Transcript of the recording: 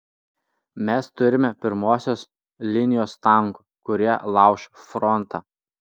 mes turime pirmosios linijos tankų kurie lauš frontą